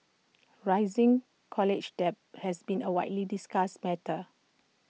rising college debt has been A widely discussed matter